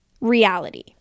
reality